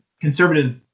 conservative